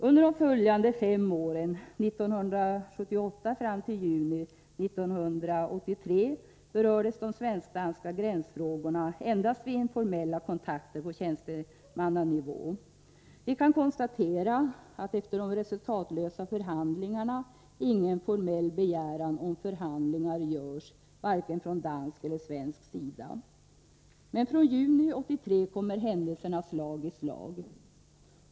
Under de följande fem åren — mellan 1978 och juni 1983 — berördes de svensk-danska gränsfrågorna endast vid informella kontakter på tjänstemannanivå. Vi kan konstatera att efter de resultatlösa förhandlingarna ingen formell begäran om förhandlingar görs vare sig från dansk eller från svensk sida. Men från juni 1983 kommer händelserna slag i slag.